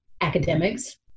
academics